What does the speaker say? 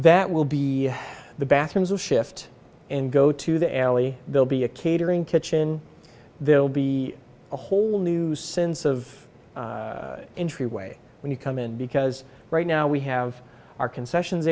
that will be the bathrooms will shift and go to the alley they'll be a catering kitchen they'll be a whole new sense of entryway when you come in because right now we have our concessions